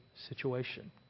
situation